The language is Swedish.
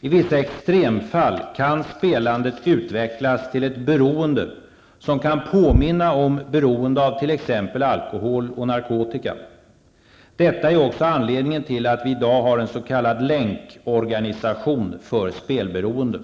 I vissa extremfall kan spelandet utvecklas till ett beroende som kan påminna om beroende av t.ex. alkohol och narkotika. Detta är också anledningen till att vi i dag har en s.k. länkorganisation för spelberoende.